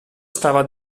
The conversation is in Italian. stava